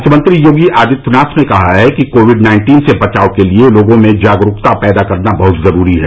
मुख्यमंत्री योगी आदित्यनाथ ने कहा कि कोविड नाइन्टीन से बचाव के लिये लोगों में जागरूकता पैदा करना बहुत जरूरी है